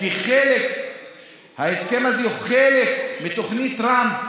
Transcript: כי ההסכם הזה הוא חלק מתוכנית טראמפ,